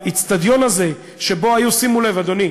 ובאצטדיון הזה היו, שימו לב, אדוני,